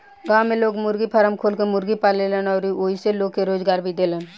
गांव में लोग मुर्गी फारम खोल के मुर्गी पालेलन अउरी ओइसे लोग के रोजगार भी देलन